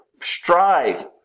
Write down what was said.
strive